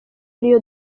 ariyo